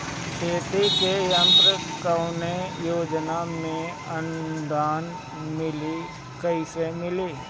खेती के यंत्र कवने योजना से अनुदान मिली कैसे मिली?